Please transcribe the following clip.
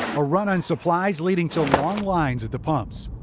a run on supplies leading to long lines at the pumps.